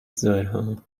ظهرها